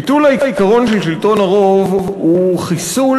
ביטול העיקרון של שלטון הרוב הוא בעצם חיסול